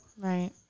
Right